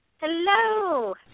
Hello